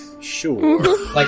Sure